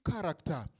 character